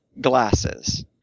glasses